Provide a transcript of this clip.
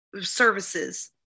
services